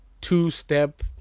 two-step